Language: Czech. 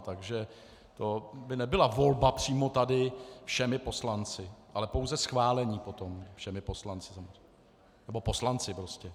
Takže to by nebyla volba přímo tady všemi poslanci, ale pouze schválený potom všemi poslanci, nebo poslanci prostě.